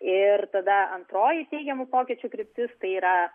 ir tada antroji teigiamų pokyčių kryptis tai yra